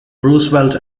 roosevelt